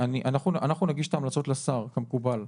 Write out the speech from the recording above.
אנחנו נגיש את ההמלצות לשר, כמקובל.